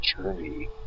journey